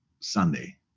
Sunday